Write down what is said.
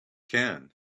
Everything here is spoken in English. can